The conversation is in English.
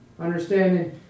Understanding